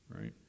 right